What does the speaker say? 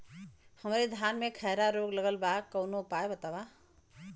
हमरे धान में खैरा रोग लगल बा कवनो उपाय बतावा?